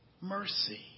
mercy